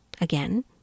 again